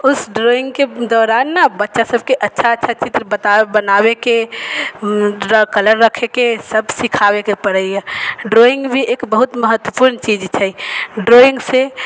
ओहि ड्रॉइङ्गके दौरान ने बच्चा सबके अच्छा अच्छा चित्र बनाबेके ड्रॉ कलर रखेके सब सीखाबेके पड़ैया ड्रॉइङ्ग भी एक बहुत महत्वपूर्ण चीज छै ड्रॉइङ्ग से